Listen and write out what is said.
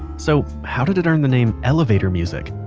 so how did it earn the name elevator music?